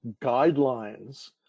guidelines